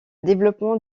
développement